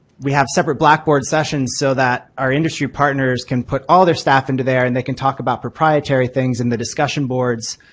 we have separate blackboard sessions so that our industry partners can put all their staff into there and they can talk about proprietary things in the discussion boards